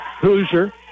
Hoosier